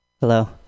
Hello